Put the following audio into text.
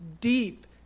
deep